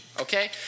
okay